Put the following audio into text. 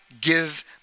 give